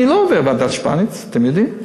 אני לא עובר את ועדת שפניץ, אתם יודעים?